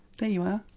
there you are,